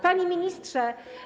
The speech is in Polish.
Panie Ministrze!